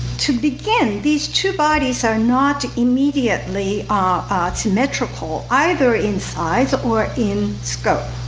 to begin, these two bodies are not immediately ah symmetrical, either in size or in scope.